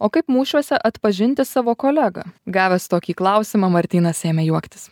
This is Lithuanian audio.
o kaip mūšiuose atpažinti savo kolegą gavęs tokį klausimą martynas ėmė juoktis